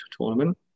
tournament